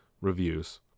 reviews